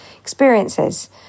experiences